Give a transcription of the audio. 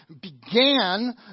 began